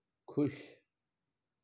ख़ुशि